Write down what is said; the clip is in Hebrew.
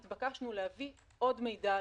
נתבקשנו להביא עוד מידע,